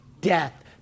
Death